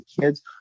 kids